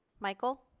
michael?